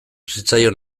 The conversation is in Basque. zitzaion